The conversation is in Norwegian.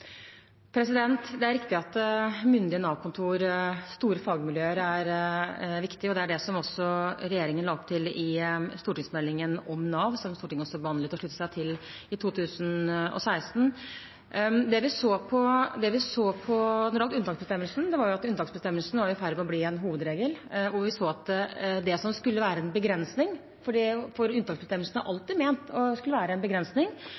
Det er riktig at myndige Nav-kontor – store fagmiljøer – er viktig, og det var det regjeringen la opp til i stortingsmeldingen om Nav, som Stortinget også behandlet og sluttet seg til i 2016. Det vi så på når det gjaldt unntaksbestemmelsen, var at den var i ferd med å bli en hovedregel, og vi så at det som skulle være en begrensning – unntaksbestemmelsen er alltid ment å skulle være en begrensning